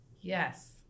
Yes